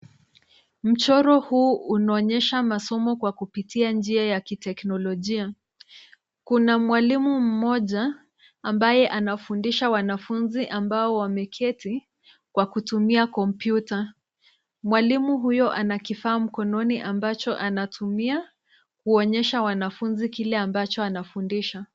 Mchoro huu unaonyesha masomo kwa kupitia njia ya kiteknolojia. Kuna mwalimu mmoja ambaye anafundisha wanafunzi ambao wameketi kwa kutumia kompyuta. Mwalimu huyo ana kifaa mkononi ambacho anatumia kuonyesha wanafunzi kile ambacho anafundisha.